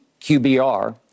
QBR